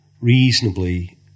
reasonably